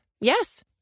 Yes